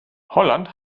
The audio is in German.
holland